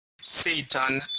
Satan